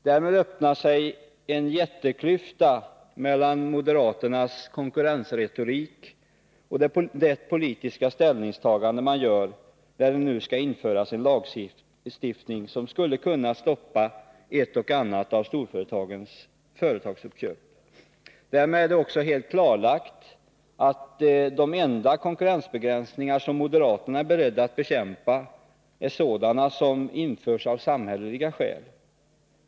Därmed öppnar sig en jätteklyfta mellan moderaternas konkurrensretorik och det politiska ställningstagande de gör, när det nu skall införas en lagstiftning som skulle kunna stoppa ett och annat av storföretagens företagsuppköp. Därigenom är det också helt klarlagt att de enda konkurrensbegränsningar som moderaterna är beredda att bekämpa är sådana som införs av samhälleliga skäl.